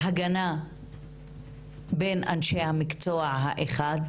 הגנה בין אנשי המקצוע האחד,